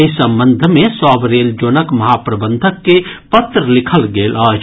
एहि संबंध मे सभ रेल जोनक महाप्रबंधक के पत्र लिखल गेल अछि